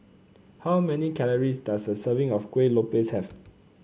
how many calories does a serving of Kuih Lopes have